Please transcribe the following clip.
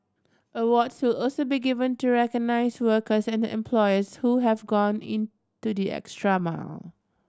awards will also be given to recognise workers and employers who have gone into the extra mile